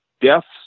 Deaths